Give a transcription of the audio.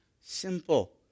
simple